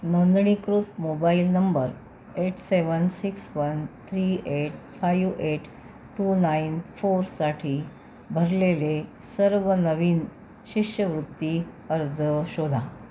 नोंदणीकृत mobile number eight seven six one three eight five eight two nine फोरसाठी भरलेले सर्व नवीन शिष्यवृत्ती अर्ज शोधा